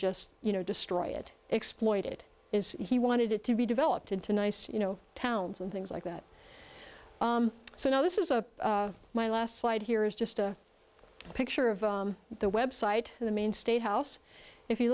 just you know destroy it exploited is he wanted it to be developed into nice you know towns and things like that so now this is a my last slide here is just a picture of the website of the maine state house if you